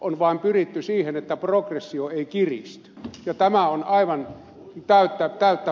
on vain pyritty siihen että progressio ei kiristy ja tämä on aivan täyttä faktaa